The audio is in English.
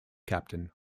captain